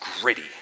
gritty